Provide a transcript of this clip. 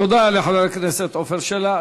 תודה לחבר הכנסת עפר שלח.